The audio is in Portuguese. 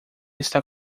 está